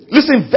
Listen